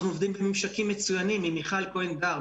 אנחנו עובדים בממשקים מצוינים עם מיכל כהן-דר,